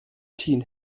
ten